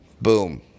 Boom